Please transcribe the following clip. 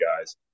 guys